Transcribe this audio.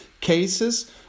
cases